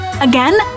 Again